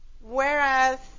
Whereas